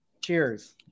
Cheers